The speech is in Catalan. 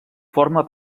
forma